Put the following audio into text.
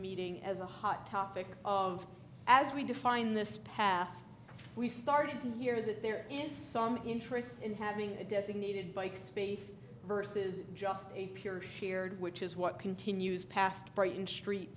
meeting as a hot topic of as we define this path we started to hear that there is some interest in having a designated bike space versus just a pure shared which is what continues past bright